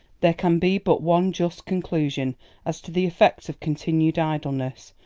there can be but one just conclusion as to the effect of continued idleness,